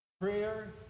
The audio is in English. Prayer